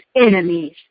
enemies